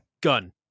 gun